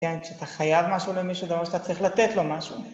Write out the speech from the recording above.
כן כשאתה חייב משהו למישהו, זה אומר שאתה אומר שאתה צריך לתת לו משהו.